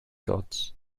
gods